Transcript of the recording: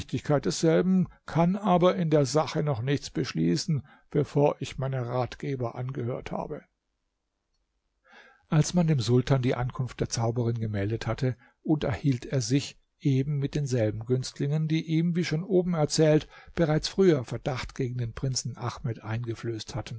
desselben kann aber in der sache noch nichts beschließen bevor ich meine ratgeber angehört habe als man dem sultan die ankunft der zauberin gemeldet hatte unterhielt er sich eben mit denselben günstlingen die ihm wie schon oben erzählt bereits früher verdacht gegen den prinzen ahmed eingeflößt hatten